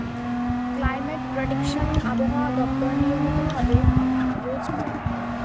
climate prediction আবহাওয়া দপ্তর নিয়মিত ভাবে রোজ করে